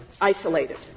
isolated